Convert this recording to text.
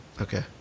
Okay